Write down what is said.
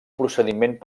procediment